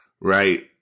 right